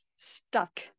stuck